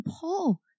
Paul